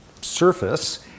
surface